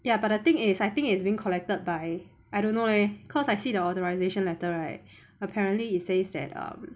ya but the thing is I think is being collected by I don't know leh cause I see the authorization letter right apparently it says that um